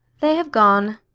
they have gone.